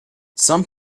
some